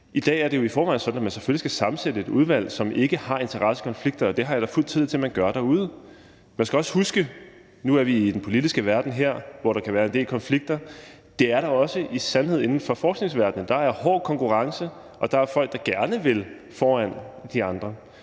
I dag er det jo i forvejen sådan, at man selvfølgelig skal sammensætte et udvalg, som ikke har interessekonflikter, og det har jeg da fuld tillid til at man gør derude. Man skal også huske – nu er vi i den politiske verden her, hvor der kan være en del konflikter – at det er der i sandhed også inden for forskningsverdenen. Der er hård konkurrence, og der er folk, der gerne vil foran de andre.